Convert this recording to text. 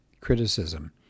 criticism